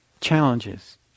challenges